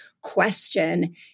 question